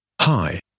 hi